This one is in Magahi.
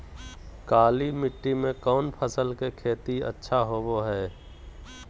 काली मिट्टी में कौन फसल के खेती अच्छा होबो है?